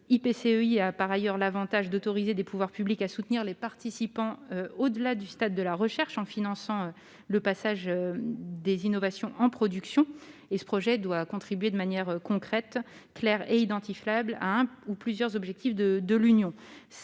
Il présente l'avantage d'autoriser les pouvoirs publics à soutenir les participants au-delà du stade de la recherche, en finançant le passage des innovations à la production. Il doit contribuer de manière concrète, claire et identifiable à un ou plusieurs objectifs de l'Union